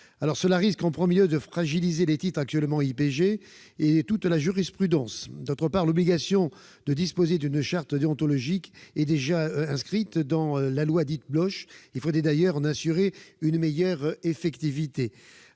cela risque de fragiliser les titres actuellement en IPG et toute la jurisprudence. D'autre part, l'obligation de disposer d'une charte déontologique est déjà inscrite dans la loi Bloche. Il faudrait d'ailleurs en assurer une meilleure effectivité.